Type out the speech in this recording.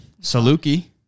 Saluki